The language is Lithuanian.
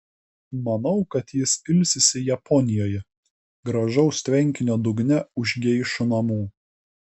manau kad jis ilsisi japonijoje gražaus tvenkinio dugne už geišų namų